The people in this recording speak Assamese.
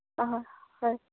অঁ হয়